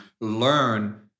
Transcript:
learn